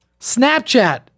Snapchat